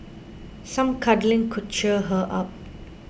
some cuddling could cheer her up